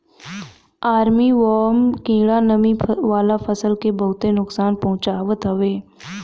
army worm कीड़ा नमी वाला फसल के बहुते नुकसान पहुंचावत हवे